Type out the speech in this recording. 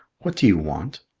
what do you want?